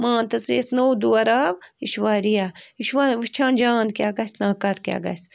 مان تہٕ ژٕ یُتھ نوٚو دور آو یہِ چھُ وارِیاہ یہِ وۅنۍ وُچھان جان کیٛاہ گَژھِ ناکارٕ کیٛاہ گَژھِ